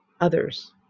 others